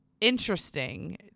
interesting